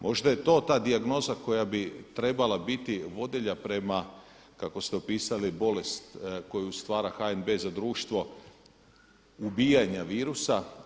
Možda je to ta dijagnoza koja bi trebala biti vodilja prema kako ste opisali bolest koju stvara HNB za društvo ubijanja virusa.